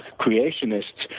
creationists,